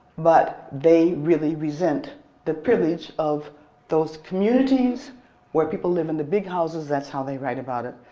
but they really resent the privilege of those communities where people live in the big houses that's how they write about it.